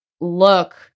look